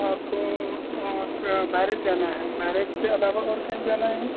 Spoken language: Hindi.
तो आपको बैरेज़ जाना है बैरेज़ के अलावा और कहीं जाना है